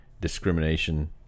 discrimination